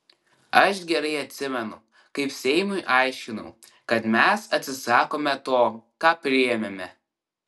aš gerai atsimenu kaip seimui aiškinau kad mes atsisakome to ką priėmėme